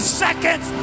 seconds